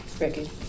Ricky